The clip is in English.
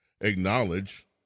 acknowledge